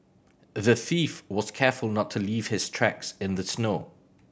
the thief was careful to not leave his tracks in the snow